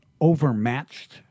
overmatched –